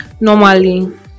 normally